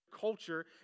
culture